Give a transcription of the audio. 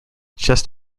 just